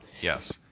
Yes